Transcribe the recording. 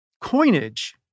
coinage